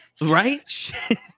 right